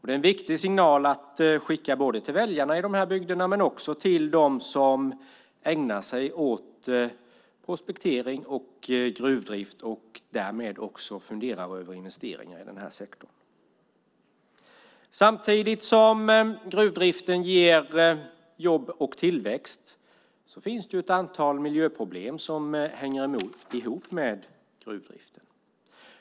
Det är en viktig signal att skicka både till väljarna i dessa bygder och till dem som ägnar sig åt prospektering och gruvdrift och därmed funderar över investeringar i den här sektorn. Samtidigt som gruvdriften ger jobb och tillväxt finns det ett antal miljöproblem som hänger ihop med gruvdriften.